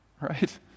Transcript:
right